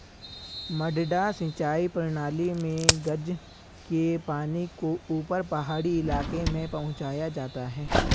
मडडा सिंचाई प्रणाली मे गज के पानी को ऊपर पहाड़ी इलाके में पहुंचाया जाता है